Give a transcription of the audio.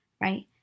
right